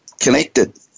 connected